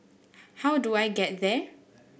how do I get there